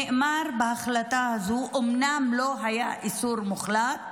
נאמר בהחלטה הזאת, אומנם לא היה איסור מוחלט